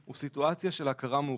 הוא סיטואציה של הכרה מאוחרת.